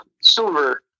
silver